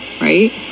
Right